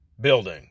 building